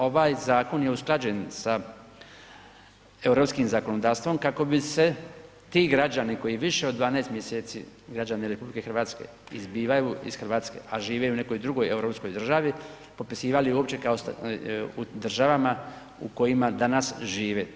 Ovaj zakon je usklađen sa europskim zakonodavstvom kako bi se ti građani koji više od 12 mjeseci, građani RH izbivaju iz Hrvatske, a žive u nekoj drugoj europskoj državi popisivali uopće kao, u državama u kojima danas žive.